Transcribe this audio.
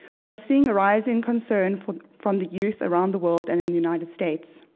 we are seeing a rise in concern from from the youth around the world and in the united states.